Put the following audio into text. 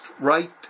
right